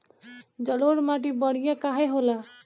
जलोड़ माटी बढ़िया काहे होला?